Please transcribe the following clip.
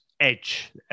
edge